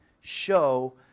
show